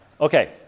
Okay